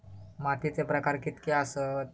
मातीचे प्रकार कितके आसत?